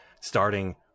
starting